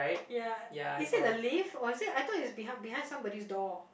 ya is it the lift or is it I thought it's behind behind somebody's door